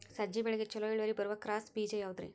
ಸಜ್ಜೆ ಬೆಳೆಗೆ ಛಲೋ ಇಳುವರಿ ಬರುವ ಕ್ರಾಸ್ ಬೇಜ ಯಾವುದ್ರಿ?